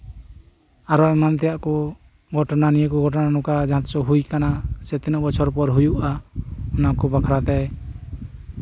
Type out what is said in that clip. ᱟᱨᱚ ᱮᱢᱟᱱ ᱛᱮᱭᱟᱜ ᱠᱚ ᱜᱷᱚᱴᱚᱱᱟ ᱱᱤᱭᱟᱹᱠᱚ ᱜᱷᱚᱴᱚᱱᱟ ᱱᱚᱝᱠᱟ ᱡᱟᱦᱟᱸ ᱛᱤᱱᱟᱹᱜ ᱦᱩᱭ ᱠᱟᱱᱟ ᱥᱮ ᱛᱤᱱᱟᱹᱜ ᱵᱚᱪᱷᱚᱨ ᱯᱚᱨ ᱦᱩᱭᱩᱜᱼᱟ ᱚᱱᱟ ᱠᱚ ᱵᱟᱠᱷᱨᱟᱛᱮ